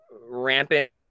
rampant